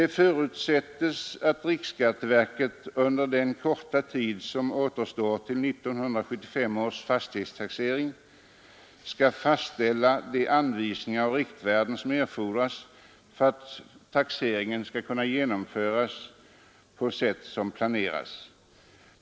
Det förutsättes att riksskatteverket under den korta tid som återstår till 1975 års fastighetstaxering skall fastställa de anvisningar och riktvärden som erfordras för att taxeringen skall kunna genomföras på sätt som planeras.